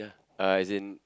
ya uh as in